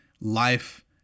life